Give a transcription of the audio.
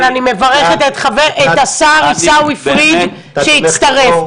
אבל אני מברכת את השר עיסאווי פריג' שהצטרף.